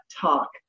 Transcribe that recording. talk